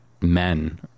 men